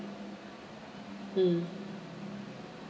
mm